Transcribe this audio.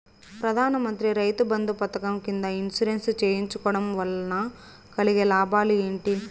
ప్రధాన మంత్రి రైతు బంధు పథకం కింద ఇన్సూరెన్సు చేయించుకోవడం కోవడం వల్ల కలిగే లాభాలు ఏంటి?